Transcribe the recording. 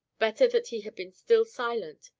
better that he had been still silent,